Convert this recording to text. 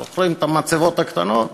זוכרים את המצבות הקטנות?